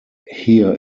here